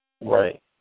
Right